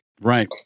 Right